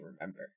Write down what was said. remember